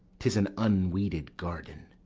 tis an unweeded garden,